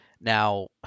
Now